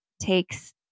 takes